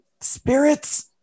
spirits